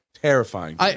Terrifying